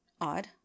Odd